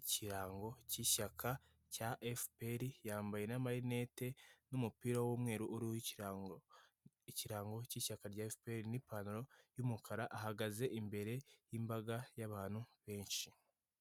ikirango cy'ishyaka cya efuperi yambaye n'amarinette n'umupira w'umweru uri w'ikirango, ikirango cy'ishyaka rya efuperi n'ipantaro y'umukara, ahagaze imbere y'imbaga y'abantu benshi.